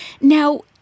Now